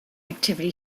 activity